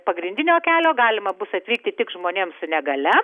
pagrindinio kelio galima bus atvykti tik žmonėm su negalia